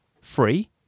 Free